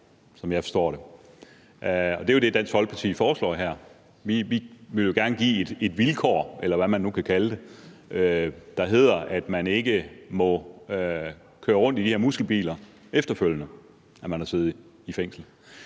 Sådan forstår jeg det. Det er jo det, Dansk Folkeparti foreslår her. Vi vil gerne have, at der bliver stillet et vilkår, eller hvad man nu vil kalde det, der går ud på, at man ikke må køre rundt i de der muskelbiler, efter man har siddet fængslet.